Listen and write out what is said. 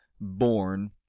born